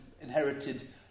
inherited